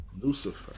Lucifer